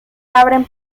abren